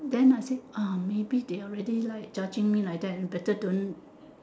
then I said ah maybe they already like judging me like that better don't